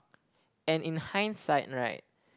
and in hindsight right